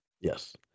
Yes